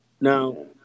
Now